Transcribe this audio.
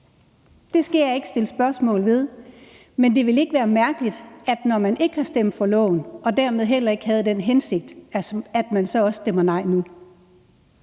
skal jeg ikke sætte spørgsmålstegn ved. Men det vil ikke være mærkeligt, når man ikke har stemt for lovforslaget og dermed heller ikke havde den hensigt, at man så også stemmer nej nu.